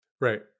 Right